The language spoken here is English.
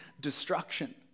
destruction